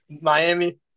Miami